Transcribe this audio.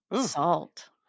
salt